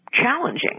challenging